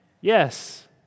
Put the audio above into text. Yes